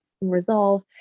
resolve